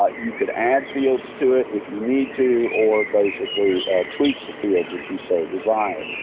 ah you could add fields to it if you need to or basically tweak the fields if you so desire.